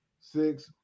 six